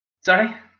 Sorry